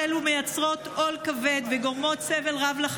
בבקשה, גברתי, את פה?